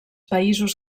països